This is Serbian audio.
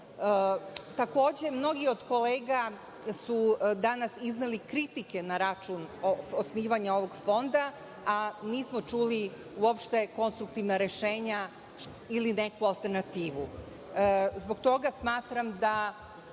Takođe, mnogi od kolega su danas izneli kritike na račun osnivanja ovog fonda, a nismo čuli uopšte konstruktivna rešenja ili neku alternativu. Zbog toga smatram da